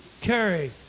carry